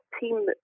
team